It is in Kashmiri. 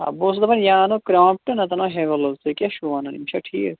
آ بہٕ اوسُس دَپان یا اَنو کرانپٹہٕ تہٕ نَتہٕ اَنو ہیوٕلز تُہۍ کیاہ چھُو ونان یِم چھا ٹھیٖک